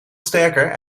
sterker